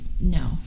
no